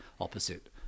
opposite